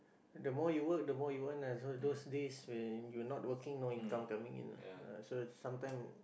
the more you work the more you earn ah so those days when you not working no income coming in ah ah so sometime